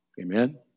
Amen